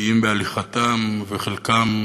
אטיים בהליכתם, וחלקם